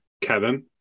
Kevin